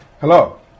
Hello